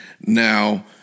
Now